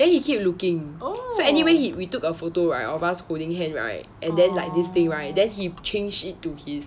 then he keep looking so anyway he we took a photo right of ours holding hand right and then like this day right then he changed it to his